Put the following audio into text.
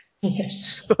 Yes